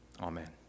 amen